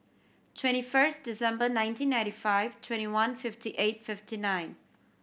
twenty first December nineteen ninety five twenty one fifty eight fifty nine